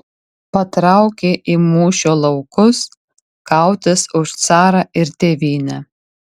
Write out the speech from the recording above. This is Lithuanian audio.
patraukė į mūšio laukus kautis už carą ir tėvynę